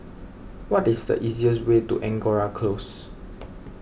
what is the easiest way to Angora Close